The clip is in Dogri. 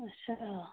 अच्छा